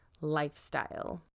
lifestyle